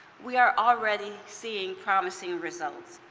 we are already seeing promising results.